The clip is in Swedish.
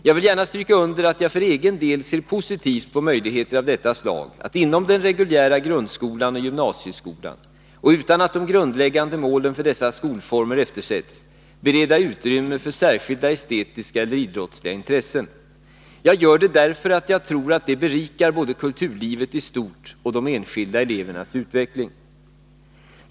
Jag vill gärna stryka under att jag för egen del ser positivt på möjligheter av detta slag att inom den reguljära grundskolan och gymnasieskolan — och utan att de grundläggande målen för dessa skolformer eftersätts — bereda utrymme för särskilda estetiska eller idrottsliga intressen. Jag gör det därför att jag tror att detta berikar både kulturlivet i stort och de enskilda elevernas utveckling.